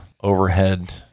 overhead